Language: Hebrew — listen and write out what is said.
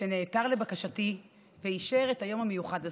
שנעתר לבקשתי ואישר את היום המיוחד הזה,